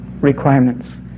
requirements